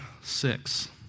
six